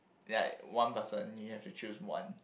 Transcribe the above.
like one person you have to choose one